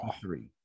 three